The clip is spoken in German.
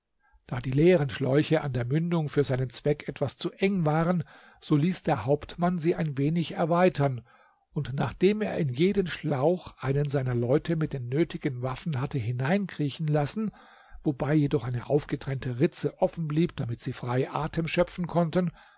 da die leeren schläuche an der mündung für seinen zweck etwas zu eng waren so ließ der hauptmann sie ein wenig erweitern und nachdem er in jeden schlauch einen seiner leute mit den nötigen waffen hatte hineinkriechen lassen wobei jedoch eine aufgetrennte ritze offen blieb damit sie frei atem schöpfen konnten